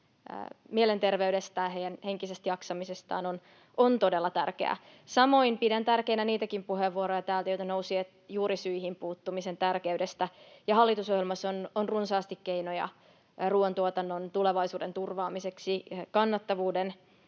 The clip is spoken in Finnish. mielenterveydestään, heidän henkisestä jaksamisestaan, on todella tärkeää. Samoin pidän tärkeänä niitäkin puheenvuoroja täältä, joita nousi juurisyihin puuttumisen tärkeydestä. Hallitusohjelmassa on runsaasti keinoja ruuantuotannon tulevaisuuden turvaamiseksi, kannattavuuden